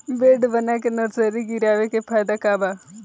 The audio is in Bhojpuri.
बेड बना के नर्सरी गिरवले के का फायदा बा?